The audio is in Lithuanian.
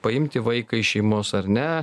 paimti vaiką iš šeimos ar ne